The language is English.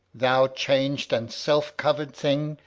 thou changed and self-cover'd thing,